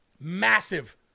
Massive